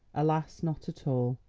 alas, not at all.